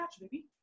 baby